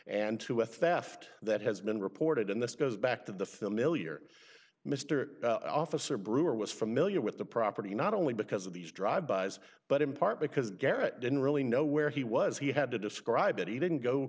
and to a theft that has been reported and this goes back to the mill year mr officer brewer was familiar with the property not only because of these drive bys but in part because garrett didn't really know where he was he had to describe it he didn't go